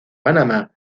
panamá